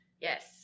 Yes